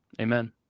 Amen